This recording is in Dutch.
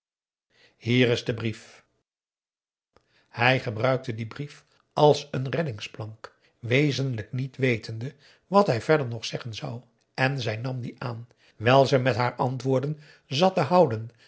hier is de brief hij gebruikte dien brief als een reddingsplank wezenlijk niet wetende wat hij verder nog zeggen zou en zij nam dien aan wijl ze met haar antwoorden zat te houden